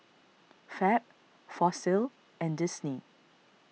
Fab Fossil and Disney